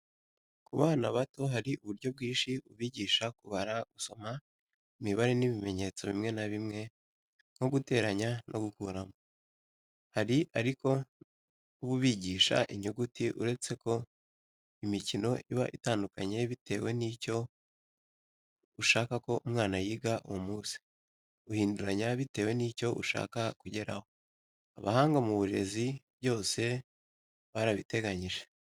Ku bana bato hari uburyo bwinshi bubigisha kubara, gusoma imibare n'ibimenyetso bimwe na bimwe nko: guteranya no gukuramo. Hari ariko n'ububigisha inyuguti uretse ko imikino iba itandukanye bitewe n'icyo ushaka ko umwana yiga uwo munsi. Uhinduranya bitewe n'icyo ushaka kugeraho. Abahanga mu burezi byose barabiteganyije.